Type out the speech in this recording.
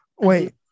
Wait